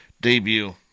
debut